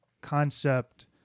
concept